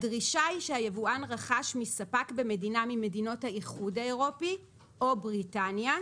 הדרישה היא שהיבואן רכש מספק במדינה ממדינות האיחוד האירופי או בריטניה,